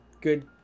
good